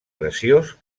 graciós